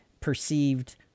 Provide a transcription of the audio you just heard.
perceived